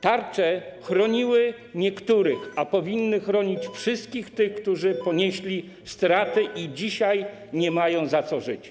Tarcze chroniły niektórych, a powinny chronić wszystkich tych, którzy ponieśli straty i dzisiaj nie mają za co żyć.